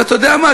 ואתה יודע מה,